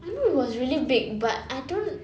I know it was really big but I don't